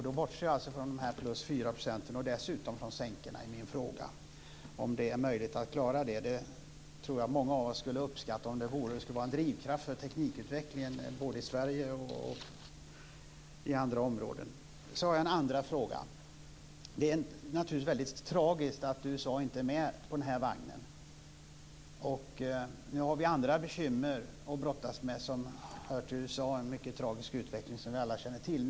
Då bortser jag alltså från dessa plus 4 % och dessutom från sänkorna i min fråga. Är det möjligt att klara det? Många av oss skulle uppskatta om det vore det. Det skulle vara en drivkraft för teknikutvecklingen både i Sverige och andra områden. Så har jag en andra fråga. Det är naturligtvis väldigt tragiskt att USA inte är med på den här vagnen. Nu har vi andra bekymmer att brottas med som hör till USA - en mycket tragisk utveckling som vi alla känner till.